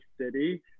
City